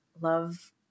love